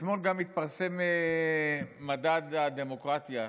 אתמול גם התפרסם מדד הדמוקרטיה,